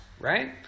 right